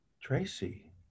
Tracy